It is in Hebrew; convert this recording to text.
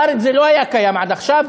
בארץ זה לא היה קיים עד עכשיו,